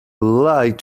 like